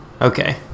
Okay